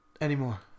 Anymore